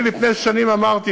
לפני שנים אמרתי,